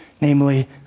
namely